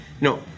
no